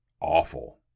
awful